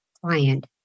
client